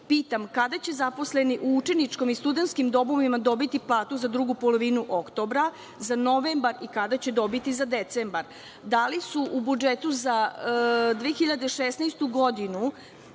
Pitam – kada će zaposleni u učeničkim i studenskim domovima dobiti platu za drugu polovinu oktobra, za novembar i kada će dobiti za decembar? Da li su u budžetu za 2016. godinu,